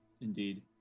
Indeed